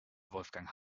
wolfgang